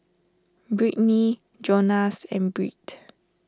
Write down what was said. Brittnie Jonas and Britt